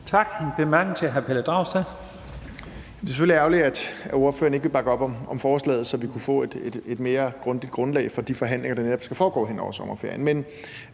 hr. Pelle Dragsted. Kl. 12:27 Pelle Dragsted (EL): Det er selvfølgelig ærgerligt, at ordføreren ikke vil bakke op om forslaget, så vi kunne få et mere grundigt grundlag for de forhandlinger, der netop skal foregå hen over sommerferien.